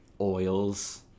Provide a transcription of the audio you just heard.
oils